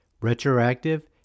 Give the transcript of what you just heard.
Retroactive